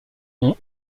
ont